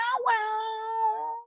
wow